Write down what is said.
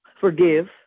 Forgive